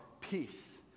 peace